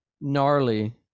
gnarly